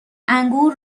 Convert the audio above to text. انگور